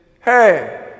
hey